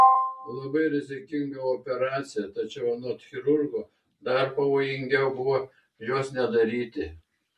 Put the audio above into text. labai rizikinga operacija tačiau anot chirurgo dar pavojingiau buvo jos nedaryti